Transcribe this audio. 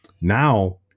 now